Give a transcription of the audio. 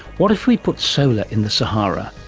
what if we put solar in the sahara?